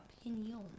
opinion